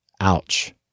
Ouch